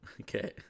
Okay